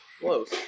close